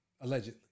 allegedly